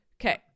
okay